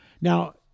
Now